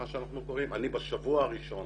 בשבוע הראשון